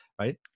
right